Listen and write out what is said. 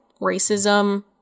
racism